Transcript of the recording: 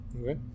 Okay